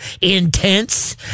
intense